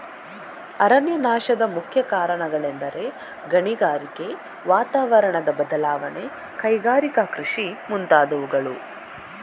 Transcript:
ಅರಣ್ಯನಾಶದ ಮುಖ್ಯ ಕಾರಣಗಳೆಂದರೆ ಗಣಿಗಾರಿಕೆ, ವಾತಾವರಣದ ಬದಲಾವಣೆ, ಕೈಗಾರಿಕಾ ಕೃಷಿ ಮುಂತಾದವುಗಳು